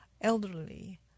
elderly